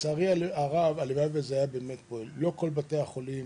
לצערי הרב זה לא פועל עד הסוף, לא כל בתי החולים